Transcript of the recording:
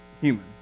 human